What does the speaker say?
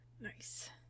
Nice